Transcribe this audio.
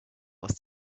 was